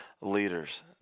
leaders